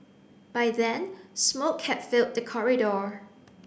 by then smoke had filled the corridor